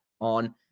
on